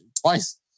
twice